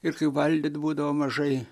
ir kai valgyt būdavo mažai